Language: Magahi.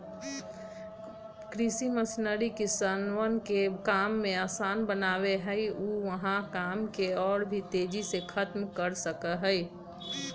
कृषि मशीनरी किसनवन के काम के आसान बनावा हई और ऊ वहां काम के और भी तेजी से खत्म कर सका हई